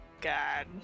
god